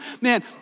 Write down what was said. man